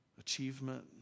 Achievement